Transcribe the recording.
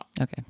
okay